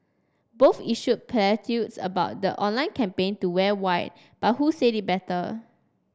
both issued platitudes about the online campaign to wear white but who said it better